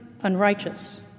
unrighteous